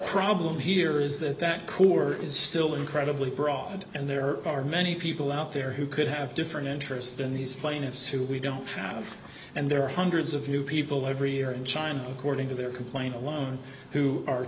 problem here is that that couper is still incredibly broad and there are many people out there who could have different interests than these plaintiffs who we don't have and there are hundreds of new people every year in china boarding to their complaint alone who are